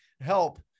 help